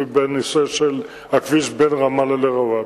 לנושא של הכביש בין רמאללה לרוואבי.